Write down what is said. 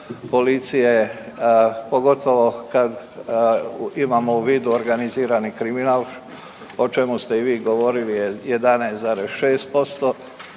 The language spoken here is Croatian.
policije, pogotovo kad imamo u vidu organizirani kriminal o čemu ste i vi govorili je 11,6%,